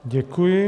Děkuji.